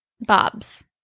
bobs